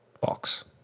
box